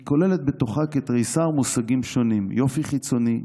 היא כוללת בתוכה כתריסר מושגים שונים: יופי חיצוני,